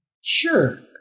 sure